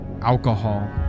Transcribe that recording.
alcohol